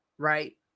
right